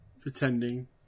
pretending